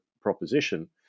proposition